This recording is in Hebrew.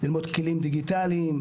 ללמוד כלים דיגיטליים.